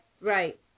Right